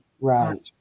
Right